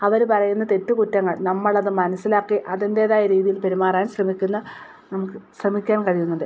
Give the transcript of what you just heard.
അവരു പറയുന്ന തെറ്റുകുറ്റങ്ങൾ നമ്മളത് മനസിലാക്കി അതിൻ്റെതായ രീതിയിൽ പെരുമാറാൻ ശ്രമിക്കുന്ന നമുക്ക് ശ്രമിക്കാൻ കഴിയുന്നുണ്ട്